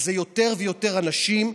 וזה יותר ויותר אנשים.